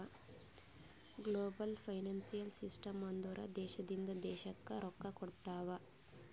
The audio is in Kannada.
ಗ್ಲೋಬಲ್ ಫೈನಾನ್ಸಿಯಲ್ ಸಿಸ್ಟಮ್ ಅಂದುರ್ ದೇಶದಿಂದ್ ದೇಶಕ್ಕ್ ರೊಕ್ಕಾ ಕೊಡ್ತಾವ್